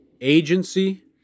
Agency